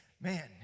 man